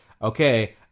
Okay